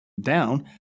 down